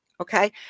Okay